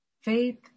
faith